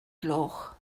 gloch